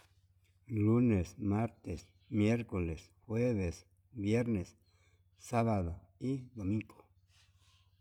Lunes, martes, miercoles, jueves, viernes, sabado y domingo.